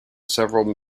several